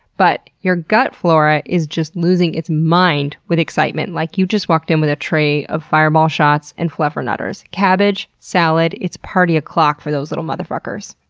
but your gut flora is just losing its mind with excitement like you just walked in with a tray of fireball shots and fluffernutters. cabbage salad, it's party o'clock for those little motherfuckers.